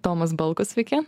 tomas balkus sveiki